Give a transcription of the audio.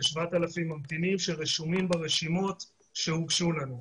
כ-7,000 ממתינים שרשומים ברשימות שהוגשו לנו.